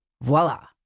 Voila